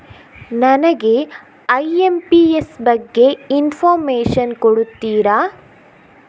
ನನಗೆ ಐ.ಎಂ.ಪಿ.ಎಸ್ ಬಗ್ಗೆ ಇನ್ಫೋರ್ಮೇಷನ್ ಕೊಡುತ್ತೀರಾ?